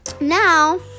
now